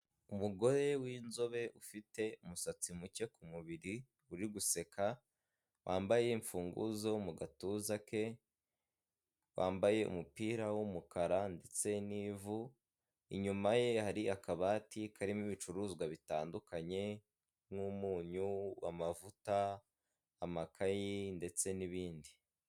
Umugore w'inzobe ufite umusatsi muke ku mutwe uri guseka, wambaye imfunguzo mugatuza ke, wambaye umupira w'umukara ndetse n'ivu, inyuma ye hari akabati karimo ibicuruzwa bitandukanye nk'umunyu ,amavuta, amakayi ndetse n'ibindi.